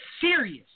serious